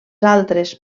altres